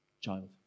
child